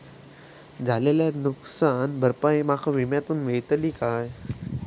झालेली नुकसान भरपाई माका विम्यातून मेळतली काय?